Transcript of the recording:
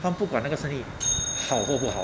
他不管这个生意好或不好